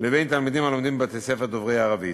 לבין תלמידים הלומדים בבתי-ספר דוברי ערבית.